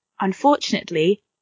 unfortunately